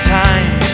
time